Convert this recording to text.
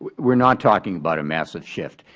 we are not talking about a massive shift.